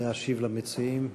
להשיב למציעים.